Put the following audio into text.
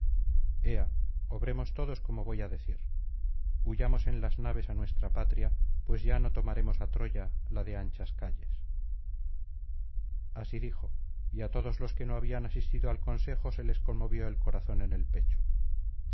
obremos todos como voy á decir huyamos en las naves á nuestra patria pues ya no tomaremos á troya la de anchas calles así dijo y á todos los que no habían asistido al consejo se les conmovió el corazón en el pecho